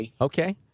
Okay